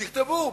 תכתבו: